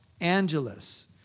Angeles